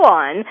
on